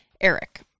Eric